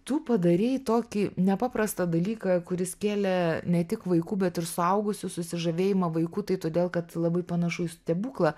tu padarei tokį nepaprastą dalyką kuris kėlė ne tik vaikų bet ir suaugusių susižavėjimą vaikų tai todėl kad labai panašu į stebuklą